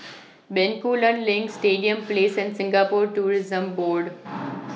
Bencoolen LINK Stadium Place and Singapore Tourism Board